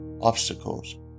obstacles